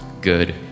good